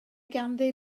ganddi